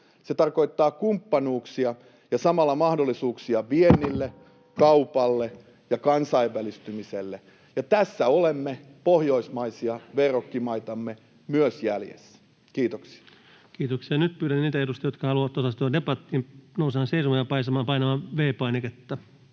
Se tarkoittaa kumppanuuksia ja samalla mahdollisuuksia viennille, kaupalle ja kansainvälistymiselle, ja myös tässä olemme pohjoismaisia verrokkimaitamme jäljessä. — Kiitoksia. Kiitoksia. — Nyt pyydän niitä edustajia, jotka haluavat osallistua debattiin, nousemaan seisomaan ja painamaan V-painiketta.